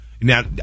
Now